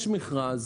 יש מכרז,